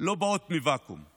לא באות מוואקום;